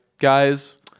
guys